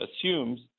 assumes